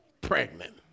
pregnant